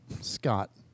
scott